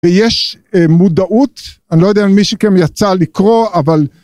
ויש מודעות אני לא יודע מי שמכם יצא לקרוא אבל.